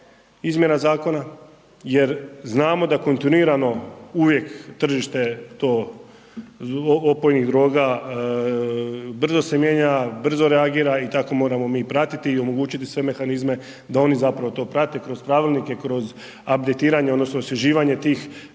izmjena zakona jer znamo da kontinuirano uvijek tržište to opojnih droga brzo se mijenja, brzo reagira i tako mi moramo pratiti i omogućiti sve mehanizme da oni zapravo to prate kroz pravilnike, kroz abditiranje odnosno osvježivanje tih